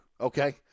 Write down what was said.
okay